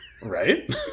Right